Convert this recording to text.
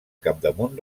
capdamunt